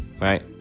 right